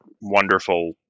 wonderful